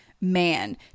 man